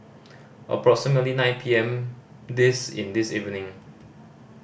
approximately nine P M this in this evening